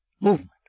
movement